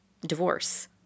divorce